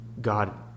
God